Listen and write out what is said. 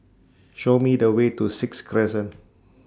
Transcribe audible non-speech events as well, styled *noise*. Show Me The Way to Sixth Crescent *noise*